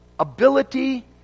Ability